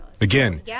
Again